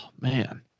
man